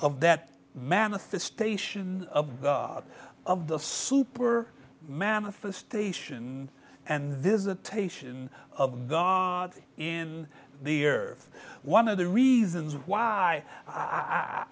of that manifestation of the super manifestation and visitation of god in the earth one of the reasons why i